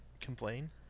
complain